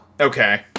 Okay